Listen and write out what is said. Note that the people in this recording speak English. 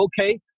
Okay